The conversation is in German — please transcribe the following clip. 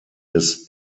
des